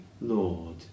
Lord